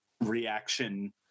reaction